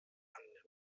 annimmt